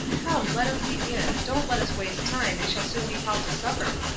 come, let us begin. don't let us waste time, we shall soon be called to supper.